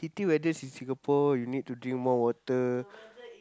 heaty weathers in Singapore you need to drink more water